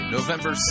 November